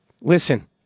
listen